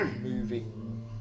moving